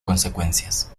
consecuencias